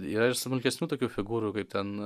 yra ir smulkesnių tokių figūrų kaip ten